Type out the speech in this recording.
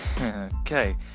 Okay